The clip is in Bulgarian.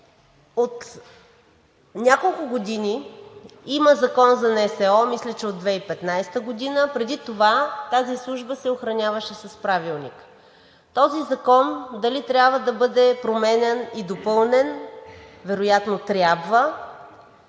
от няколко години има Закон за НСО, мисля, че от 2015 г., преди това тази служба охраняваше с Правилник. Този закон дали трябва да бъде променян и допълнен, вероятно трябва,